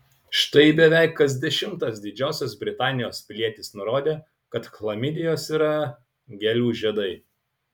štai beveik kas dešimtas didžiosios britanijos pilietis nurodė kad chlamidijos yra gėlių žiedai